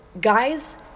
guys